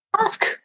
ask